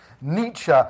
Nietzsche